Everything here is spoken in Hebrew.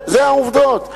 אלה העובדות.